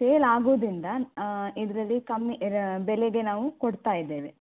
sale ಆಗೋದ್ರಿಂದ ಇದರಲ್ಲಿ ಕಮ್ಮಿ ಯರ ಬೆಲೆಗೆ ನಾವು ಕೊಡ್ತ ಇದ್ದೇವೆ